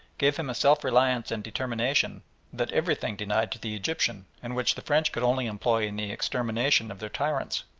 gave him a self-reliance and determination that everything denied to the egyptian, and which the french could only employ in the extermination of their tyrants.